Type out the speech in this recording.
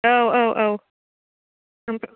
औ औ औ ओमफ्राय